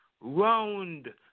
round